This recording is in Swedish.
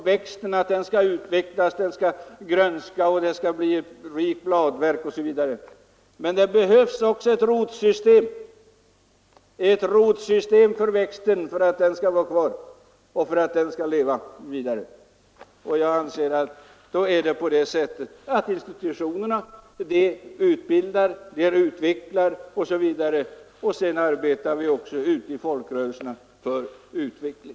Växten skall utvecklas och grönska och det skall bli ett rikt bladverk, men det behövs också ett rotsystem för att växten skall leva vidare. Jag anser att på det kulturella området är det institutionerna som utbildar och utvecklar, och sedan arbetar även vi ute i folkrörelserna för utveckling.